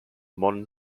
modern